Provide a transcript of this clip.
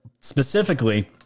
specifically